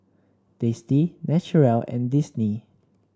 Tasty Naturel and Disney